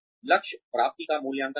लक्ष्य प्राप्ति का मूल्यांकन करें